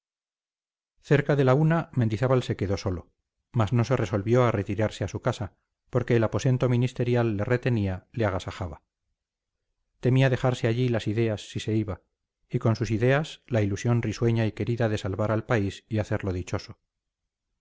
cerca de la una mendizábal se quedó solo mas no se resolvió a retirarse a su casa porque el aposento ministerial le retenía le agasajaba temía dejarse allí las ideas si se iba y con sus ideas la ilusión risueña y querida de salvar al país y hacerlo dichoso